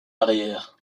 arrière